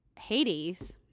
Hades